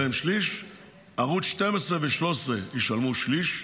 ערוץ 12 ו-13 ישלמו שליש.